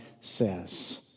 says